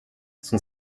son